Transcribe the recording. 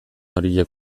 horiek